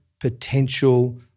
potential